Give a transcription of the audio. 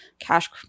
cash